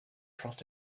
trust